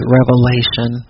revelation